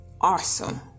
awesome